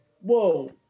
whoa